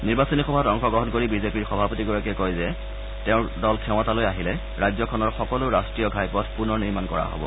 নিৰ্বাচনী সভাত অংশগ্ৰহণ কৰি বিজেপিৰ সভাপতিগৰাকীয়ে কয় যে তেওঁৰ দল ক্ষমতাকৈ আহিলে ৰাজ্যখনৰ সকলো ৰাষ্ট্ৰীয় ঘাইপথ পুনৰ নিৰ্মাণ কৰা হ'ব